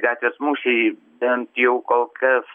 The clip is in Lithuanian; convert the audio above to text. gatvės mūšiai bent jau kol kas